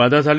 बाधा झाली